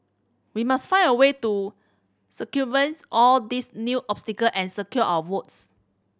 we must find a way to circumvents all these new obstacle and secure our votes